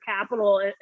capital